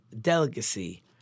delicacy